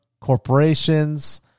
corporations